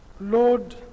Lord